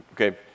Okay